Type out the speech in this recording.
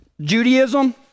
Judaism